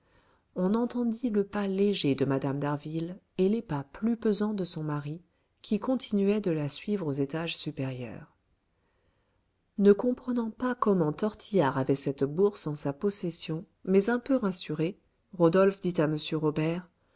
on entendit le pas léger de mme d'harville et les pas plus pesants de son mari qui continuait de la suivre aux étages supérieurs ne comprenant pas comment tortillard avait cette bourse en sa possession mais un peu rassuré rodolphe dit à m robert